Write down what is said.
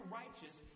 righteous